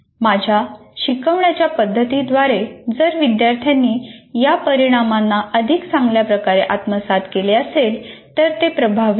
माझ्या शिकवण्याच्या पद्धतीद्वारे जर विद्यार्थ्यांनी या परिणामांना अधिक चांगल्या प्रकारे आत्मसात केले असेल तर ते प्रभावी आहे